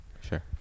sure